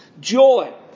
Joy